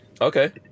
Okay